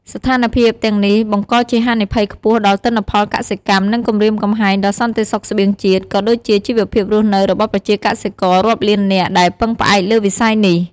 ស្ថានភាពទាំងនេះបង្កជាហានិភ័យខ្ពស់ដល់ទិន្នផលកសិកម្ម និងគំរាមកំហែងដល់សន្តិសុខស្បៀងជាតិ ក៏ដូចជាជីវភាពរស់នៅរបស់ប្រជាកសិកររាប់លាននាក់ដែលពឹងផ្អែកលើវិស័យនេះ។